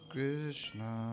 Krishna